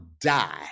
die